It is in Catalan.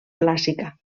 clàssica